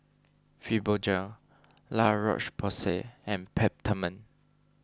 Fibogel La Roche Porsay and Peptamen